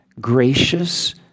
gracious